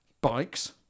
bikes